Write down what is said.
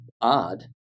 odd